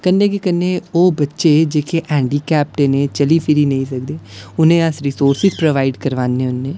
कन्नै गै कन्नै ओह् बच्चे जेह्के हैंडीकैप न चली फिरी नेईं सकदे उ'नें गी अस रिसोर्सेज परोबाइड करवाने होन्ने